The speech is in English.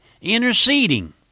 Interceding